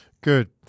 Good